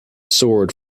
sword